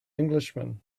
englishman